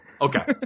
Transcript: Okay